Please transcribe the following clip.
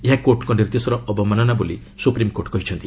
ଏହା କୋର୍ଟଙ୍କ ନିର୍ଦ୍ଦେଶର ଅବମାନନା ବୋଲି ସୁପ୍ରିମକୋର୍ଟ କହିଛନ୍ତି